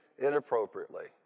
inappropriately